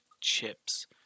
chips